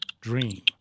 dream